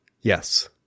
Yes